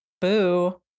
Boo